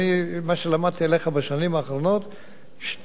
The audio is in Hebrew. יודע להשיג הישגים גדולים מאוד בתחום ההגנה.